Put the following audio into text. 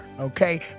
Okay